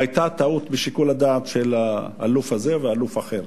היתה טעות בשיקול הדעת של האלוף הזה והאלוף האחר.